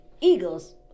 eagles